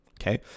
okay